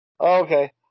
Okay